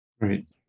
right